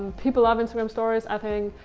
people love instagram stories, i think.